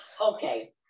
Okay